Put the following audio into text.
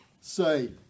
say